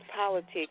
politics